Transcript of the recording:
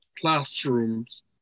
classrooms